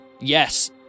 Yes